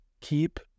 Keep